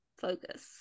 focus